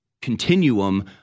continuum